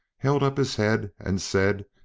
held up his head, and said,